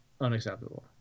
unacceptable